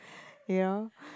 you know